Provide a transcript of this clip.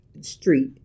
street